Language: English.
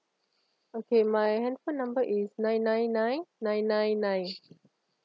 okay my handphone number is nine nine nine nine nine nine